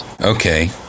Okay